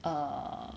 err